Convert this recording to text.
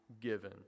given